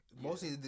mostly